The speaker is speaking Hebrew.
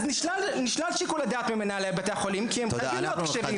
אז נשלל שיקול הדעת ממנהלי בתי החולים כי הם חייבים להיות כשרים.